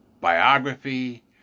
biography